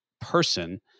person